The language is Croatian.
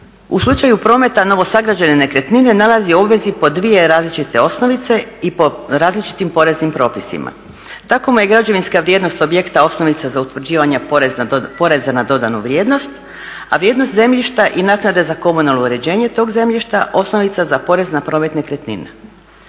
u slučaju prometa novosagrađene nekretnine nalazi u obvezi po dvije različite osnovice i po različitim poreznim propisima. Tako mu je građevinska vrijednost objekta osnovica za utvrđivanje poreza na dodanu vrijednost, a vrijednost zemljišta i naknade za komunalno uređenje tog zemljišta osnovica za porez na promet nekretnina.